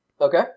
Okay